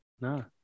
no